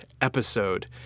episode